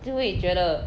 就会觉得